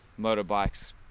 motorbikes